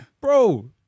Bro